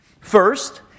First